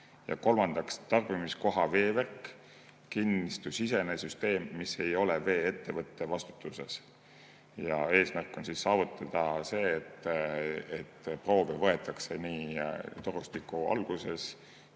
kolmandaks, tarbimiskoha veevärk, kinnistusisene süsteem, mis ei ole vee-ettevõtte vastutusel. Eesmärk on saavutada see, et proove võetaks nii torustiku alguses,